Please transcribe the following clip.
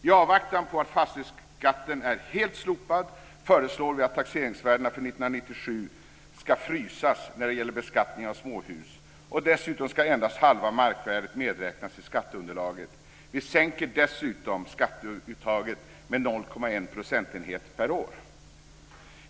I avvaktan på att fastighetsskatten är helt slopad föreslår vi att taxeringsvärdena för 1997 ska frysas när det gäller beskattningen av småhus. Dessutom ska endast halva markvärdet medräknas i skatteunderlaget. Vi sänker dessutom skatteuttaget med 0,1 procentenhet per år.